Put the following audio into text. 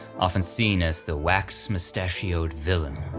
often seen as the wax-mustachioed villain.